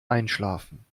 einschlafen